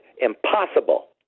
impossible